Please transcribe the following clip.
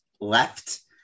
left